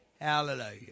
Hallelujah